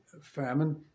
famine